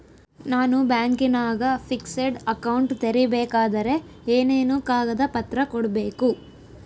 ನಾನು ಬ್ಯಾಂಕಿನಾಗ fixed account ತೆರಿಬೇಕಾದರೆ ಏನೇನು ಕಾಗದ ಪತ್ರ ಕೊಡ್ಬೇಕು?